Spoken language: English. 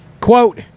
Quote